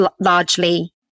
largely